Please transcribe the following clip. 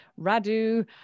Radu